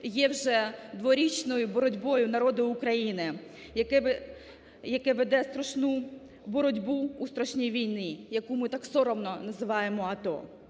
є вже дворічною боротьбою народу України, який веде страшну боротьбу у страшній війні, яку ми так соромно називаємо "АТО".